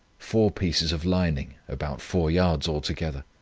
four pieces of lining, about four yards altogether,